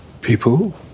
People